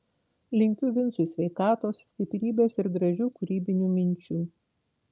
linkiu vincui sveikatos stiprybės ir gražių kūrybinių minčių